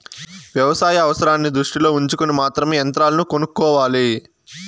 వ్యవసాయ అవసరాన్ని దృష్టిలో ఉంచుకొని మాత్రమే యంత్రాలను కొనుక్కోవాలి